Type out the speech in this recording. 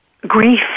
grief